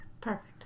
Perfect